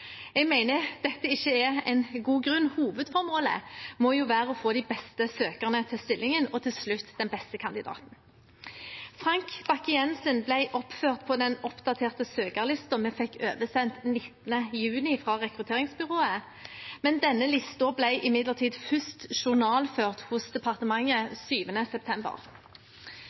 Jeg mener dette ikke er en god grunn. Hovedformålet må jo være å få de beste søkerne til stillingen og til slutt den beste kandidaten. Frank Bakke-Jensen ble oppført på den oppdaterte søkerlisten vi fikk oversendt 19. juni fra rekrutteringsbyrået, men denne listen ble imidlertid først journalført hos departementet 7. september.